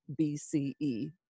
BCE